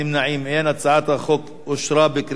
החוק אושר בקריאה שלישית,